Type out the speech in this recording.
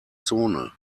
zone